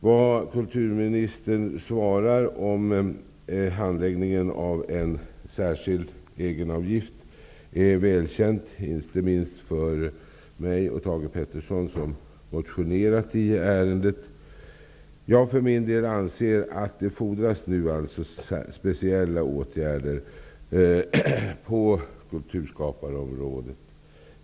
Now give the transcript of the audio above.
Vad kulturministern svarar på frågan om handläggningen av en särskild egenavgift är väl känt, inte minst för mig och Thage G. Peterson som har motionerat i ärendet. Jag anser att det fordras speciella åtgärder på kulturskaparområdet.